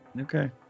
Okay